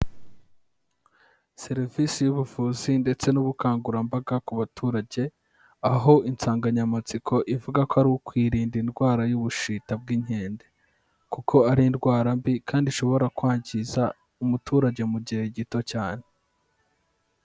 Serivisi y'ubuvuzi ndetse n'ubukangurambaga ku baturage, aho insanganyamatsiko ivuga ko ari ukwirinda indwara y'ubushita bw'inkende. Kuko ari indwara mbi kandi ishobora kwangiriza umuturage mu gihe gito cyane.